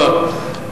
רוויזיה?